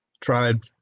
tried